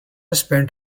spent